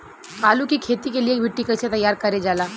आलू की खेती के लिए मिट्टी कैसे तैयार करें जाला?